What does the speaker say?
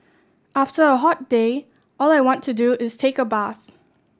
after a hot day all I want to do is take a bath